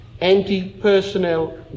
anti-personnel